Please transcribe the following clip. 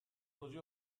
così